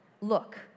Look